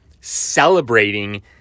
celebrating